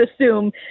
assume